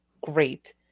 great